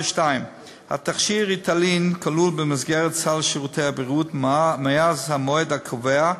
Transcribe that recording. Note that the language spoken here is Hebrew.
תכשיר "ריטלין" כלול במסגרת של שירותי הבריאות מאז המועד הקובע,